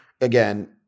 Again